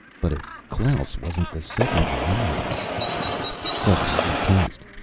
but if klaus wasn't the second variety suddenly he tensed.